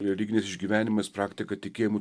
religiniais išgyvenimais praktika tikėjimu